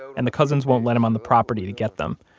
and the cousins won't let him on the property to get them.